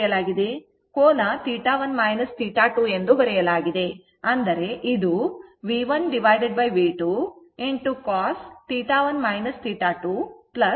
ಮತ್ತೆ ಕೋನ θ1 θ2 ಎಂದು ಬರೆಯಲಾಗಿದೆ ಅಂದರೆ ಇದು V1V2 cosθ1 θ2 j sin θ1 θ2 ಆಗಿರುತ್ತದೆ